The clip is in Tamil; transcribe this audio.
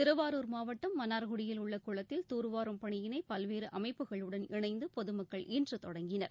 திருவாரூர் மாவட்டம் மன்னார்குடியில் உள்ள குளத்தில் தார்வாரும் பணியினை பல்வேறு அமைப்புகளுடன் இணைந்து பொதுமக்கள் இன்று தொடங்கினர்